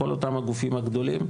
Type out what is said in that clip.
כל אותם גופים גדולים,